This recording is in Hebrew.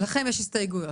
ולכם יש הסתייגויות.